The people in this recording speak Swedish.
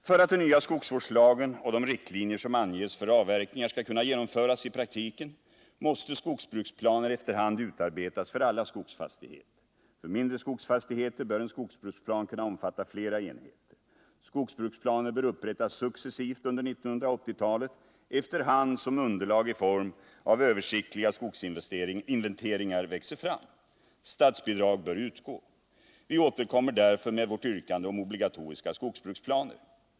För att den nya skogsvårdslagen och de riktlinjer som anges för avverkningar skall kunna genomföras i praktiken måste skogsbruksplaner efter hand utarbetas för alla skogsfastigheter. För mindre skogsfastigheter bör en skogsbruksplan kunna omfatta flera enheter. Skogsbruksplaner bör upprättas successivt under 1980-talet, efter hand som underlag i form av översiktliga skogsinventeringar växer fram. Statsbidrag bör utgå. Vi återkommer därför med vårt yrkande om obligatoriska skogsbruksplaner.